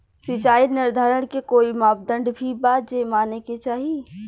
सिचाई निर्धारण के कोई मापदंड भी बा जे माने के चाही?